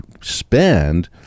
spend